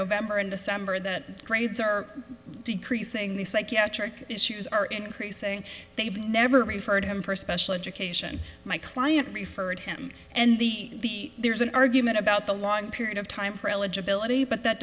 november and december that grades are decreasing the psychiatric issues are increasing they've never referred him for special education my client referred him and the there is an argument about the long period of time